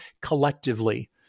collectively